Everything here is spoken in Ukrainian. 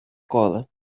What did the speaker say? коле